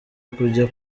kujya